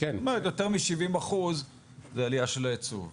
זאת אומרת יותר מ- 70% זה עלייה של הייצוא.